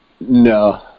no